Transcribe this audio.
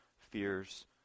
fears